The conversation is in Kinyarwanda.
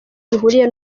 bihuriye